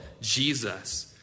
Jesus